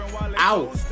Out